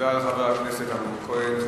תודה לחבר הכנסת אמנון כהן.